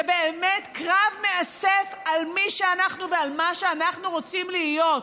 זה באמת קרב מאסף על מי שאנחנו ועל מה שאנחנו רוצים להיות.